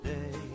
Day